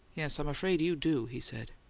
yes, i'm afraid you do, he said.